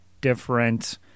different